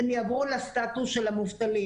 הם יעברו לסטטוס של המובטלים.